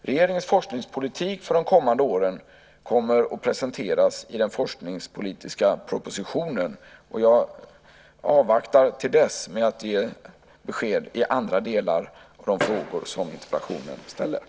Regeringens forskningspolitik för de kommande åren kommer att presenteras i den forskningspolitiska propositionen. Jag avvaktar till dess med att ge besked i andra delar av de frågor som ställs i interpellationen.